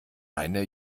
meiner